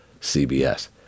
CBS